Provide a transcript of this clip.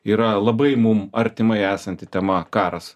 yra labai mum artimai esanti tema karas